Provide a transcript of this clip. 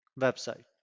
website